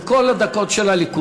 את כל הדקות של הליכוד.